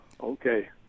Okay